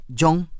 jong